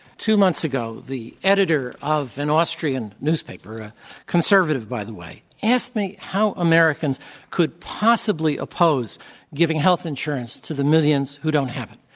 two months ago, the editor of an austrian newspaper, a conservative, by the way, asked me how americans could possibly oppose giving health insurance to the millions who don't have it.